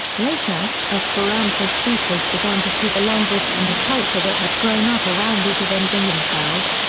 later, esperanto speakers began to see the language and the culture that had grown up around it as ends in themselves,